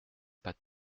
pas